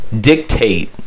dictate